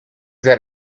that